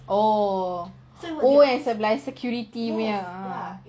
oh yang sebelah security punya ya